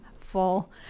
full